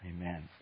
Amen